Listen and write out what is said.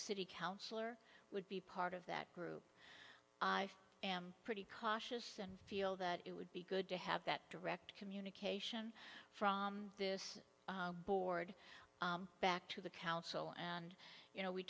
city councillor would be part of that group i am pretty cautious and feel that it would be good to have that direct communication from this board back to the council and you know we